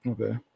Okay